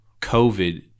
COVID